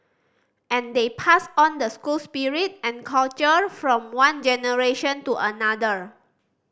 and they pass on the school spirit and culture from one generation to another